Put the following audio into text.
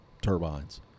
turbines